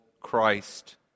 Christ